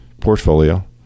portfolio